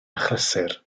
achlysur